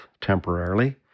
temporarily